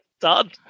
done